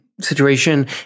situation